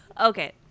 Okay